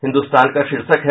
हिन्दुस्तान का शीर्षक है